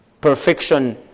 Perfection